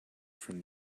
from